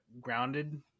grounded